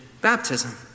baptism